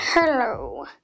Hello